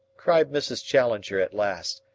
cried mrs. challenger at last,